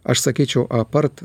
aš sakyčiau apart